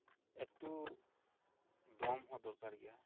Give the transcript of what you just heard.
ᱮᱠᱴᱩ ᱫᱚᱢᱦᱚᱸ ᱫᱚᱨᱠᱟᱨ ᱜᱮᱭᱟ